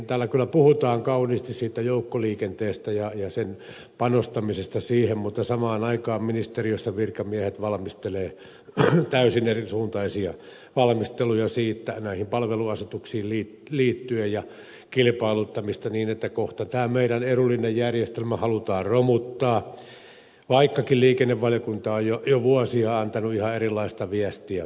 täällä kyllä puhutaan kauniisti joukkoliikenteestä ja panostamisesta siihen mutta samaan aikaan ministeriössä virkamiehet valmistelevat täysin erisuuntaisia esityksiä näihin palveluasetuksiin liittyen ja kilpailuttamiseen niin että kohta tämä meidän edullinen järjestelmämme halutaan romuttaa vaikkakin liikennevaliokunta on jo vuosia antanut ihan erilaista viestiä